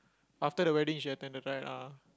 after the wedding she attend the ride ah